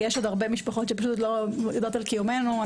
יש עוד הרבה משפחות שלא יודעות על קיומנו.